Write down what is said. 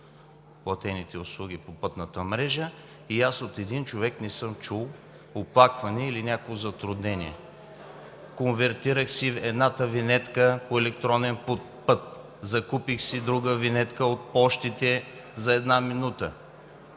платените услуги по пътната мрежа, и от нито един човек аз не съм чул оплакване или някакво затруднение. Конвертирах си една винетка по електронен път, закупих си друга винетка от пощите – за една минута.